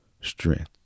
strength